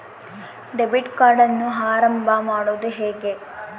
Debit ಕಾರ್ಡನ್ನು ಆರಂಭ ಮಾಡೋದು ಹೇಗೆ?